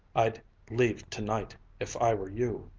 i'd leave tonight, if i were you.